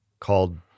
called